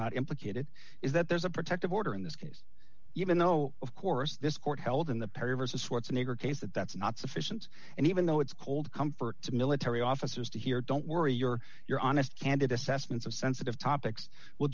not implicated is that there's a protective order in this case even though of course this court held in the perry versus what's nigger case that that's not sufficient and even though it's cold comfort to military officers to hear don't worry you're you're honest candid assessments of sensitive topics will